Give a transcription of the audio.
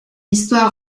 histoire